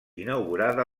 inaugurada